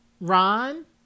Ron